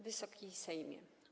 Wysoki Sejmie!